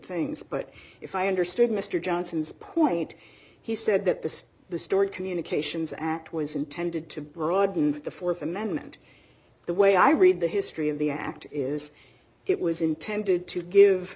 things but if i understood mr johnson's point he said that the the story communications act was intended to broaden the th amendment the way i read the history of the act is it was intended to